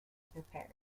prepared